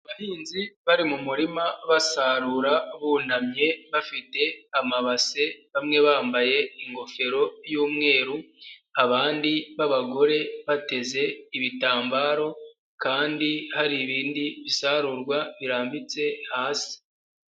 Abahinzi bari mu murima basarura bunamye bafite amabase bamwe bambaye ingofero y'umweru abandi babagore bateze ibitambaro kandi hari ibindi bisarurwa birambitse hasi.